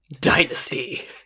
Dynasty